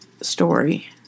story